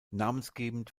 namensgebend